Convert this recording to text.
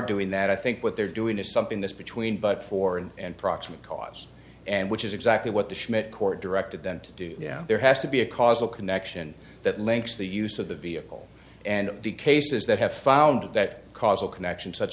doing that i think what they're doing is something this between but for and proximate cause and which is exactly what the schmidt court directed them to do there has to be a causal connection that links the use of the vehicle and the cases that have found that causal connection such